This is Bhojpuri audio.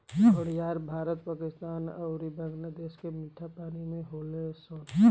घड़ियाल भारत, पाकिस्तान अउरी बांग्लादेश के मीठा पानी में होले सन